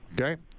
okay